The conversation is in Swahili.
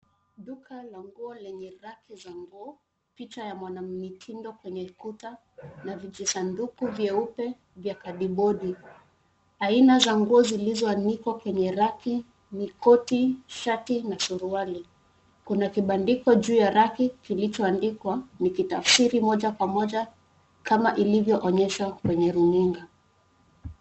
Duka la nguo lenye racki za nguo, picha ya mwanamitindo kwenye kuta na vijisanduku vyeupe vya kardiboardi. Aina za nguo zilizoanikwa kwenye racki ni koti, shati na suruali. Kuna kibandiko juu ya racki kilichoandikwa nikitafsiri moja kwa moja kama ilivyoonyeshwa kwenye runinga.